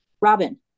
Robin